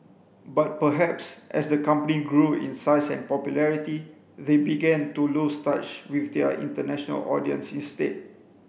but perhaps as the company grew in size and popularity they began to lose touch with their international audience instead